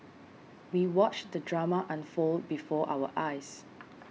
we watched the drama unfold before our eyes